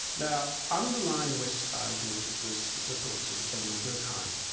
now underlying west's argument was the thoughts of emile durkheim.